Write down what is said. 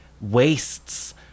wastes